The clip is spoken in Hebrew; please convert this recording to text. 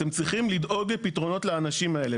אתם צריכים לדאוג לפתרונות לאנשים האלה.